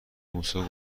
موسی